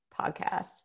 podcast